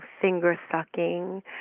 finger-sucking